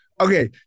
okay